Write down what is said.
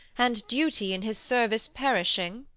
and duty in his service perishing.